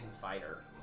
fighter